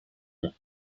ont